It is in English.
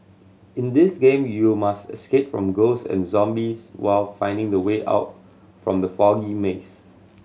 in this game you must escape from ghosts and zombies while finding the way out from the foggy maze